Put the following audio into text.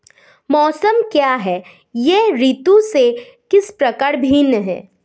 मौसम क्या है यह ऋतु से किस प्रकार भिन्न है?